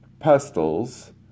pestles